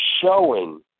showing